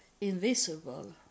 invisible